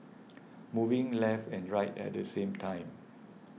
moving left and right at the same time